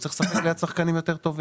הוא צריך לשחק ליד שחקנים יותר טובים.